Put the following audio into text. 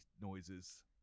noises